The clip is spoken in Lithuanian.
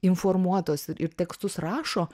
informuotos ir tekstus rašo